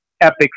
epic